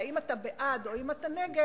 "האם אתה בעד" או "האם אתה נגד",